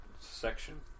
section